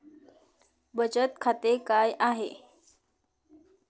बचत खाते काय आहे?